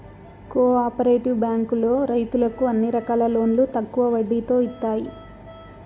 co operative బ్యాంకులో రైతులకు అన్ని రకాల లోన్లు తక్కువ వడ్డీతో ఇత్తాయి